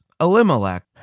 Elimelech